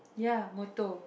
ya motto